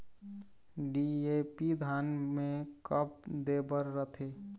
DAP धान मे कब दे बर रथे?